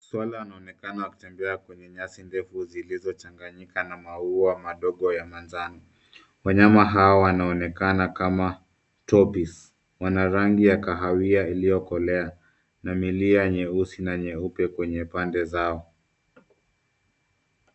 Swala wanaonekana wakitembea kwenye nyasi ndefu zilizochanganyika na maua madogo ya manjano. Wanyama hawa wanaonekana kama topies . Wana rangi ya kahawia iliyokolea na milia nyeusi na nyeupe kwenye pande zao.